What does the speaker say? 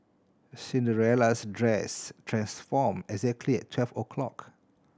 Cinderella's dress transformed exactly at twelve o' clock